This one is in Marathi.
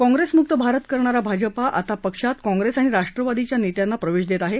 काँग्रेस म्क्त भारत करणारा भाजपा आता पक्षात कॉग्रेस राष्ट्रवादीच्या नेत्यांना प्रवेश देत आहे